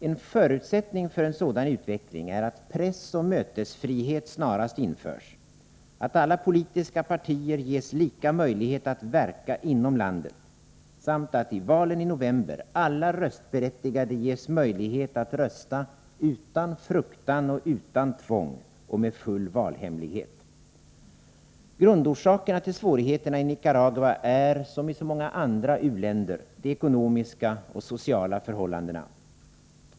En förutsättning för en sådan utveckling är att pressoch mötesfrihet snarast införs, att alla politiska partier ges lika möjlighet att verka inom landet samt att i valen i november alla röstberättigade ges möjlighet att rösta utan fruktan och utan tvång och med full valhemlighet. Grundorsakerna till svårigheterna i Nicaragua är — som i så många andra u-länder — de ekonomiska och sociala förhållandena.